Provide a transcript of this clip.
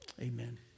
Amen